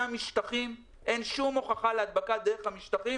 אין שום הוכחה להדבקה דרך משטחים,